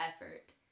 effort